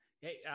Hey